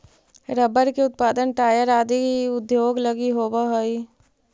rubber के उत्पादन tyre आदि उद्योग लगी होवऽ हइ